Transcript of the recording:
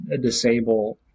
disable